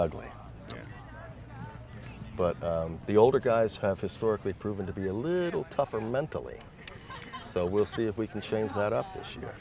ugly but the older guys have historically proven to be a little tougher mentally so we'll see if we can change that up this year